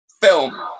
Film